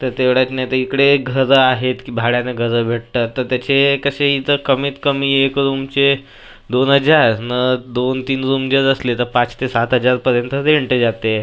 तर तेवढ्यात नाही तर इकडे घरं आहेत की भाड्यानं घरं भेटतात तर त्याचे कसे इथं कमीतकमी एक रूमचे दोन हजार न दोनतीन रूम जर असले तर पाच ते सात हजारपर्यंत रेंट जाते